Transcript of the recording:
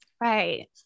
Right